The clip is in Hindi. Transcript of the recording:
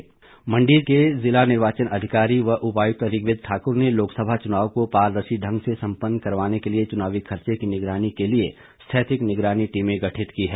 निगरानी टीम मंडी के जिला निर्वाचन अधिकरी व उपायुक्त ऋग्वेद ठाकुर ने लोकसभा चुनाव को पारदर्शी ढंग से संपन्न करवाने के लिए चुनावी खर्चे की निगरानी के लिए स्थैतिक निगरानी टीमे गठित की है